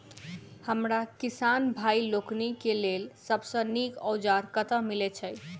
हमरा किसान भाई लोकनि केँ लेल सबसँ नीक औजार कतह मिलै छै?